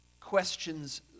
questions